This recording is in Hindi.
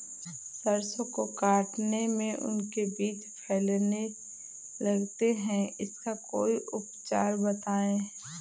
सरसो को काटने में उनके बीज फैलने लगते हैं इसका कोई उपचार बताएं?